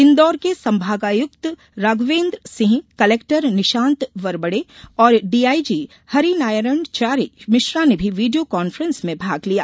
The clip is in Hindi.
इन्दौर के संभागायुक्त राघवेन्द्र सिंह कलेक्टर निशांत वरबड़े और डीआईजी हरिनारायणचारी मिश्रा ने भी वीडियो कॉन्फ्रेंस में भाग लिया